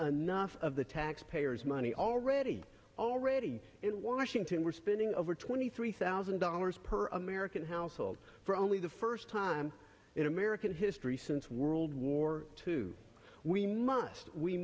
another of the taxpayers money already already in washington we're spending over twenty three thousand dollars per american household for only the first time in american history since world war two we must we